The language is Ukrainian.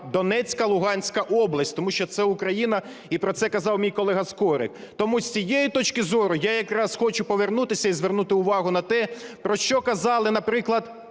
Донецька і Луганська області, тому що це Україна, і про це казав мій колега Скорик. Тому з цієї точки зору, я якраз хочу повернутися і звернути увагу на те, про що казали, наприклад,